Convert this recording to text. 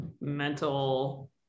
mental